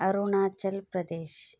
Arunachal Pradesh